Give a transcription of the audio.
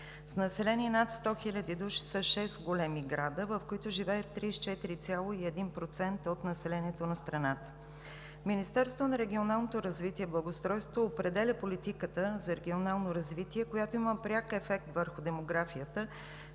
С население над 100 хиляди души са шест големи града, в които живеят 34,1% от населението на страната. Министерството на регионалното развитие и благоустройството определя политиката за регионално развитие, която има пряк ефект върху демографията,